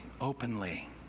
openly